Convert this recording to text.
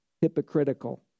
hypocritical